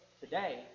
today